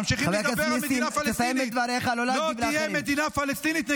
ממשיכים לדבר על מדינה פלסטינית.